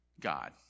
God